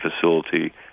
facility